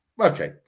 Okay